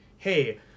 Hey